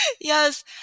Yes